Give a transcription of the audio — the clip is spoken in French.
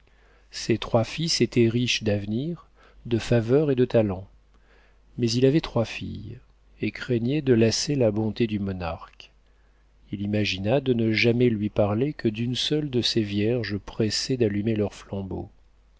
ses trois fils étaient riches d'avenir de faveur et de talent mais il avait trois filles et craignait de lasser la bonté du monarque il imagina de ne jamais lui parler que d'une seule de ces vierges pressées d'allumer leur flambeau